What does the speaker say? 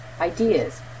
ideas